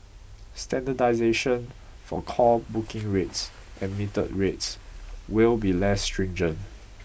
standardisation for call booking rates and metered rates will be less stringent